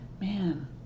man